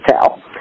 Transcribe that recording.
tell